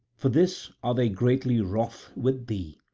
for this are they greatly wroth with thee?